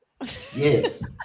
Yes